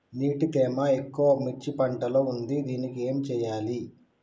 నీటి తేమ ఎక్కువ మిర్చి పంట లో ఉంది దీనికి ఏం చేయాలి?